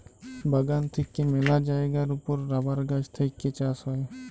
বাগান থেক্যে মেলা জায়গার ওপর রাবার গাছ থেক্যে চাষ হ্যয়